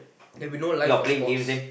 there will be no life for sports